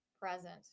present